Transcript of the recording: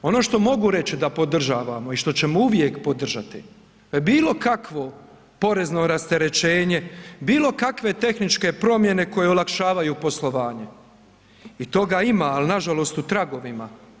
Ono što mogu reći da podržavamo i što ćemo uvijek podržati bilo kakvo porezno rasterećenje, bilo kakve tehničke promjene koje olakšavaju poslovanje i toga ima, ali nažalost u tragovima.